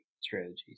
strategies